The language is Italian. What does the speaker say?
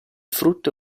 frutto